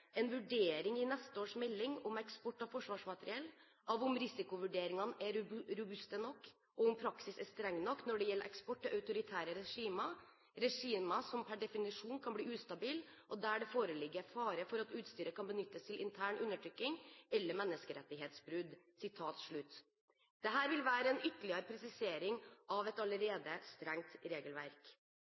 vurdering i neste års melding om eksport av forsvarsmateriell, av om risikovurderingene er robuste nok og om praksis er streng nok når det gjelder eksport til autoritære regimer, regimer som per definisjon kan bli ustabile og der det foreligger fare for at utstyret kan benyttes til intern undertrykking eller menneskerettighetsbrudd». Dette vil være en ytterligere presisering av et allerede strengt regelverk.